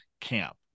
camp